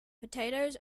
potatoes